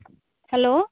hello